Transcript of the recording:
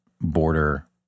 border